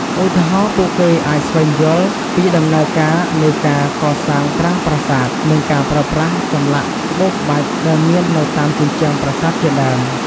ឧទាហរណ៍ ពួកគេអាចស្វែងយល់ពីដំណើរការនៃការកសាងប្រាង្គប្រាសាទ និងការប្រើប្រាស់ចម្លាក់ក្បូរក្បាច់ដែលមាននៅតាមជញ្ជាំងប្រាសាទជាដើម។